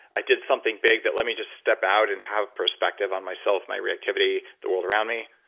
i did something big that let me just step out and have perspective on myself, my reactivity, the world around me.